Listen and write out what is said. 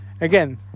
Again